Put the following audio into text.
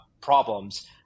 problems